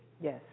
Yes